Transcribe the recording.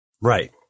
Right